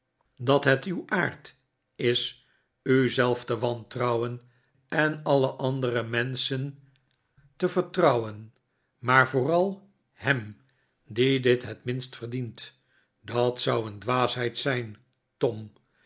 dat het uw aard is u zelf te wantrouwen en alle andere menschen te vertrouwen maar vooral hem die dit het minst verdient dat zou een dwaasheid zijn tom